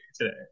today